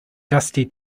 dusty